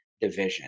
division